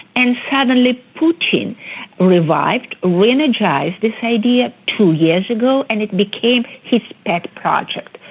and suddenly putin revived, re-energised this idea two years ago and it became his pet project.